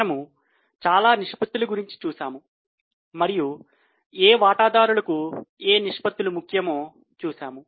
మనము చాలా నిష్పత్తుల గురించి చూశాము మరియు ఏ వాటాదారులకు ఏ నిష్పత్తులు ముఖ్యమో చూశాము